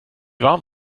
warm